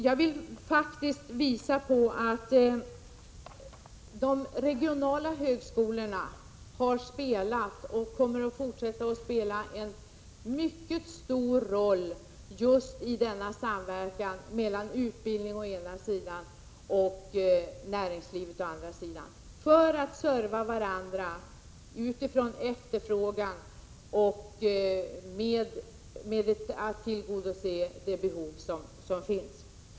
Jag vill faktiskt visa på att de regionala högskolorna har spelat och kommer att fortsätta att spela en mycket stor roll i denna samverkan mellan utbildning å ena sidan och näringslivet å andra sidan när det gäller att serva varandra utifrån efterfrågan och med tillgodoseende av de behov som finns.